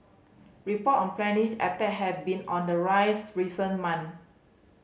report on attack have been on the rise recent month